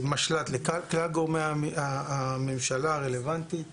בין המשל"ט לכלל גורמי הממשלה הרלוונטיים,